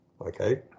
Okay